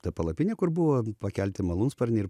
ta palapinė kur buvo pakelti malūnsparnį ir